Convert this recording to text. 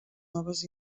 noves